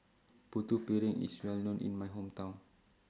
Putu Piring IS Well known in My Hometown